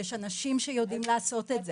יש אנשים שיודעים לעשות את זה.